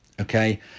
Okay